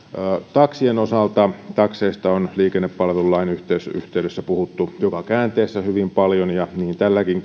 taksien osalta takseista on liikennepalvelulain yhteydessä puhuttu joka käänteessä hyvin paljon ja niin tälläkin